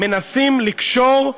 מנסים לקשור,